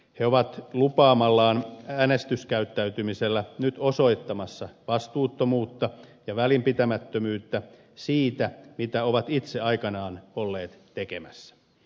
he ovat lupaamallaan äänestyskäyttäytymisellä nyt osoittamassa vastuuttomuutta ja välipitämättömyyttä siitä mitä ovat itse aikanaan olleet tekemässä